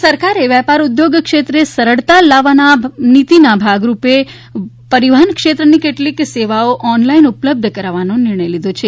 રાજ્ય સરકારે વેપાર ઉદ્યોગ ક્ષેત્રે સરળતા લાવવાની નીતીના ભાગરૂપે પરિવહન ક્ષેત્રની કેટલીક સેવાઓ ઓનલાઈન ઉપલબ્ધ કરાવવાનો નિર્ણય લીધો છે